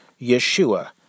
Yeshua